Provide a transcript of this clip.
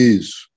Isso